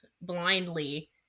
blindly